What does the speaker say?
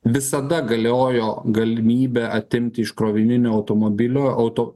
visada galiojo galimybę atimti iš krovininio automobilio auto